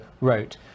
wrote